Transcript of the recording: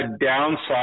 downside